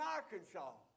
Arkansas